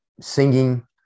singing